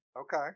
Okay